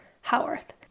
Howarth